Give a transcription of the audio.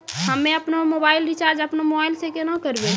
हम्मे आपनौ mobile recharge आपनौ मोबाइल से केना करवै?